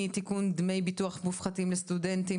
(תיקון - דמי ביטוח מופחתים לסטודנטים),